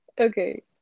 okay